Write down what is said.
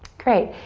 great,